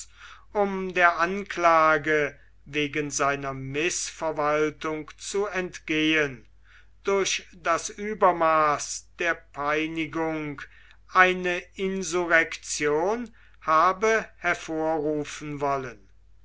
um der anklage wegen seiner mißverwaltung zu entgehen durch das übermaß der peinigung eine insurrektion habe hervorrufen wollen